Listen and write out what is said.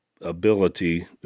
ability